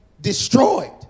destroyed